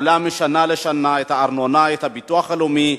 העולה משנה לשנה, את הארנונה, את הביטוח הלאומי,